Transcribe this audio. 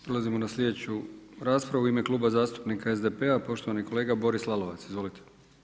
Prelazimo na sljedeću raspravu u ime Kluba zastupnika SDP-a poštovani kolega Boris Lalovac, izvolite.